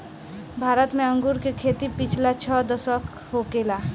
भारत में अंगूर के खेती पिछला छह दशक होखता